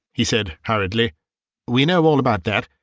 he said, hurriedly we know all about that.